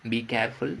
be careful